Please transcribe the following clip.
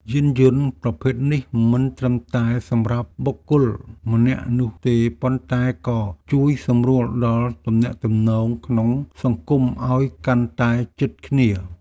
យានយន្តប្រភេទនេះមិនត្រឹមតែសម្រាប់បុគ្គលម្នាក់នោះទេប៉ុន្តែក៏ជួយសម្រួលដល់ទំនាក់ទំនងក្នុងសង្គមឱ្យកាន់តែជិតគ្នា។